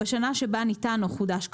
בשנה שבה ניתן או חודש כאמור,